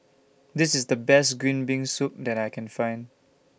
This IS The Best Green Bean Soup that I Can Find